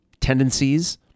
tendencies